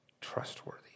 trustworthy